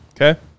Okay